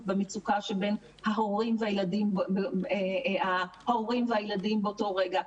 במצוקה שבין ההורים והילדים באותו רגע.